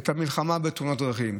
את המלחמה בתאונות דרכים.